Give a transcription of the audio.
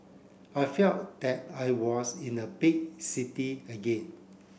I felt that I was in a big city again